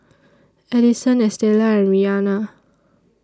Adison Estela and Rihanna